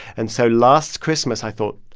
and so last christmas, i thought,